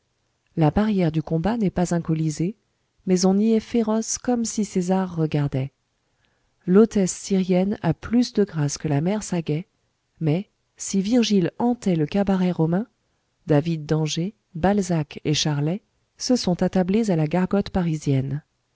la barrière du combat n'est pas un colisée mais on y est féroce comme si césar regardait l'hôtesse syrienne a plus de grâce que la mère saguet mais si virgile hantait le cabaret romain david d'angers balzac et charlet se sont attablés à la gargote parisienne